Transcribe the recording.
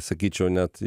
sakyčiau net